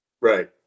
Right